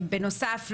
בנוסף,